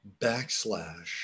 backslash